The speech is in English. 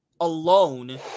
alone